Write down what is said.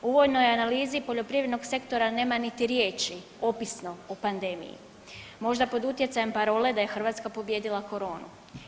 U … [[Govornik se ne razumije]] analizi poljoprivrednog sektora nema niti riječi opisno o pandemiji možda pod utjecajem parole da je Hrvatska pobijedila koronu.